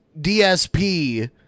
DSP